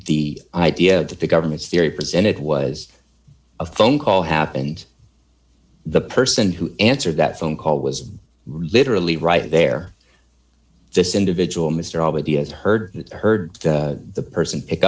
the idea that the government's theory presented was a phone call happened the person who answered that phone call was literally right there this individual mr already has heard that heard the person pick